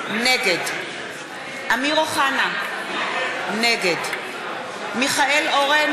אראל מרגלית, מיקי רוזנטל,